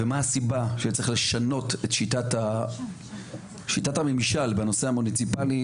ומה הסיבה שצריך לשנות את שיטת הממשל בנושא המוניציפאלי